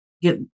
Get